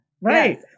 Right